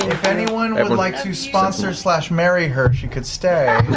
anyone um would like to sponsor-slash-marry her, she could stay